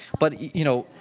but, you know,